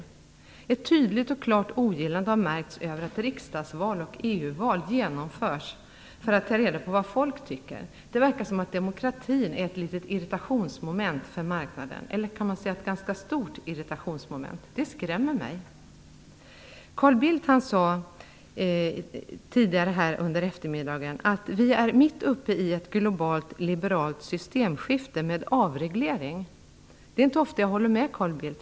Det har märkts ett tydligt och klart ogillande av att ett riksdagsval och EU-val genomförs för att ta reda på vad folk tycker. Det verkar som om att demokratin är ett litet irritationsmoment för marknaden, eller kanske ett ganska stort irritationsmoment, och det skrämmer mig. Carl Bildt sade i debatten här tidigare under eftermiddagen att vi är mitt uppe i ett globalt liberalt systemskifte med avreglering. Det är inte ofta jag håller med Carl Bildt.